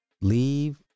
Leave